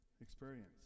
experience